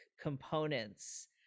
components